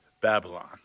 Babylon